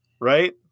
right